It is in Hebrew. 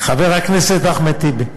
חבר הכנסת אחמד טיבי.